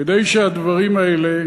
כדי שהדברים האלה